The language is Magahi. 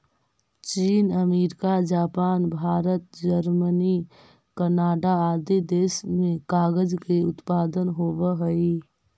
चीन, America, Japan, Bharat, Germany, Canada आदि देश में कागज के उत्पादन होवऽ हई